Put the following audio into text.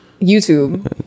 YouTube